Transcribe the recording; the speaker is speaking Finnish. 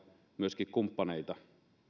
myöskin etsittävä kumppaneita